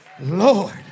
Lord